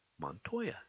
Montoya